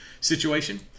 situation